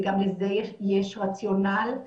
וגם לזה יש רציונל.